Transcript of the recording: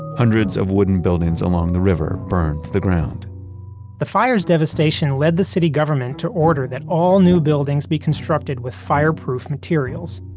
hundreds of wooden buildings along the river burned to the ground the fire's devastation led the city government to order that all new buildings be constructed with fireproof materials.